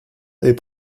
est